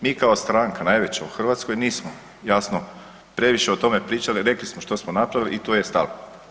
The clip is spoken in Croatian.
Mi kao stranka najveća u Hrvatskoj nismo jasno previše o tome pričali rekli smo što smo napravili i tu je stalo.